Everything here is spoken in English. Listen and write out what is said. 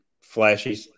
flashy